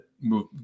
move